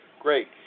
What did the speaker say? great